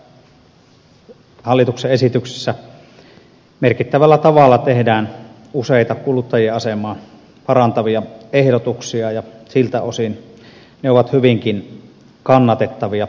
tässä hallituksen esityksessä merkittävällä tavalla tehdään useita kuluttajien asemaa parantavia ehdotuksia ja siltä osin ne ovat hyvinkin kannatettavia